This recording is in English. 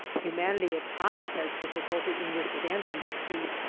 humanity at times has difficulty in withstanding this heat,